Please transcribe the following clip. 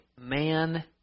man